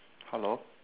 hello